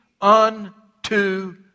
unto